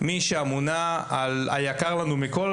מי שאמונה על היקר לנו מכל,